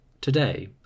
today